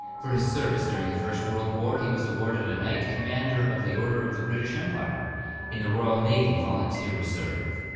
for his service during the first world war he was awarded a knight commander of the order of the british empire in the royal navy volunteer reserve.